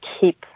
keep